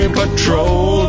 patrol